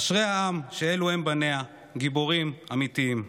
אשרי העם שאלו הם בניה, גיבורים אמיתיים.